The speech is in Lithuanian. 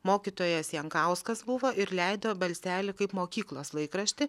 mokytojas jankauskas buvo ir leido balselį kaip mokyklos laikraštį